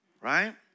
Right